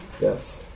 Yes